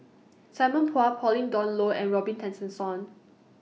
Simon Chua Pauline Dawn Loh and Robin Tessensohn